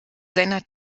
seiner